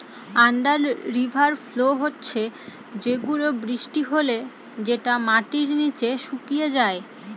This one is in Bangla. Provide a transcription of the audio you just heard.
আন্ডার রিভার ফ্লো হচ্ছে সেগুলা বৃষ্টি হলে যেটা মাটির নিচে শুকিয়ে যায়